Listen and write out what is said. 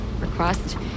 request